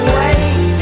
wait